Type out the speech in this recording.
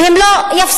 שהם לא יפסידו,